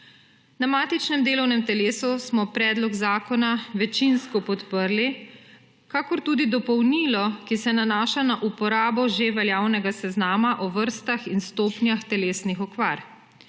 Na matičnem delovnem telesu smo predlog zakona večinsko podprli, enako tudi dopolnilo, ki se nanaša na uporabo že veljavnega seznama o vrstah in stopnjah telesnih okvar.